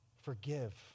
forgive